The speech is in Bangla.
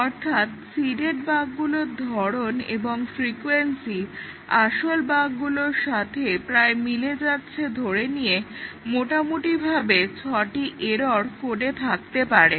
অর্থাৎ সিডেড বাগগুলোর ধরণ এবং ফ্রিকোয়েন্সি আসল বাগগুলোর সাথে প্রায় মিলে যাচ্ছে ধরে নিয়ে মোটামুটিভাবে 6টি এরর্ কোডে থাকতে পারে